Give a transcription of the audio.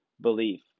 belief